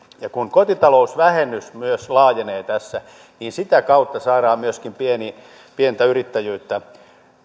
ja kun kotitalousvähennys myös laajenee tässä niin sitä kautta saadaan myöskin pientä yrittäjyyttä